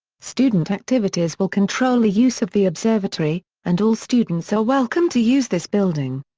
student activities will control the use of the observatory, and all students are welcome to use this building.